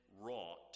wrought